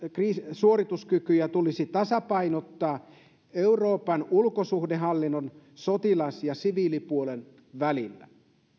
suorituskykyjä tulisi tasapainottaa euroopan ulkosuhdehallinnon sotilas ja siviilipuolen välillä